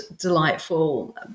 delightful